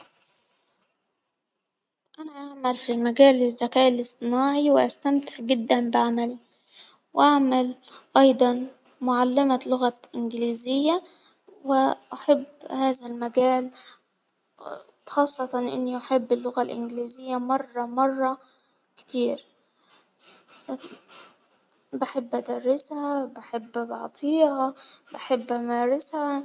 أنا أعمل في مجال الذكاء الإصطناعي وأستمتع جدا بعملي، وأعمل أيضا معلمة لغة إنجليزية، وأحب هذا المجال خاصة إني أحب اللغة الإنجليزية مرة مرة كتير بحب أدرسها وبحب أعطيها بحب أمارسها.